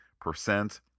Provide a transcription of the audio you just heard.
percent